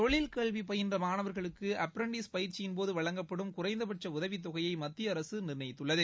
தொழில் கல்வி பயின்ற மாணவர்களுக்கு அப்ரண்டிஸ் பயிற்சின்போது வழங்கப்படும் குறைந்தபட்ச உதவித்தொகையை மத்திய அரசு நிர்ணயித்துள்ளது